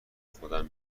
خودم